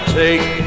take